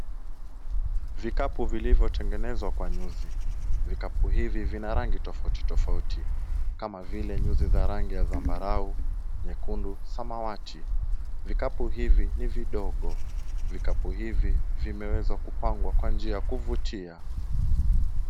Vikapu vilivyotengenezwa kwa nyuzi. Vikapu hivi vina rangi tofauti tofauti kama vile nyuzi za rangi ya zambarau, nyekundu, samawati. Vikapu hivi ni vidogo. Vikapu hivi vimeweza vimepangwa kwa njia ya kuvutia.